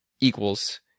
equals